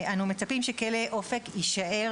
אנו מצפים שכלא אופק יישאר